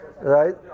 Right